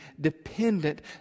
dependent